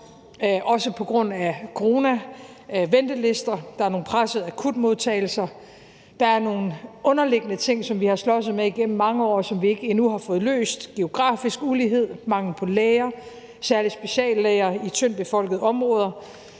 også på grund af corona er ventelister. Der er nogle pressede akutmodtagelser, og der er nogle underliggende ting, som vi har slåsset med igennem mange år, og som vi endnu ikke har fået løst. Det er ting som geografisk ulighed og mangel på læger – særlig speciallæger – i tyndt befolkede områder,